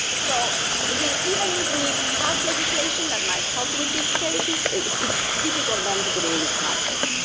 so again, even if we pass legislation that might help with these cases, it's difficult then to put it into practice.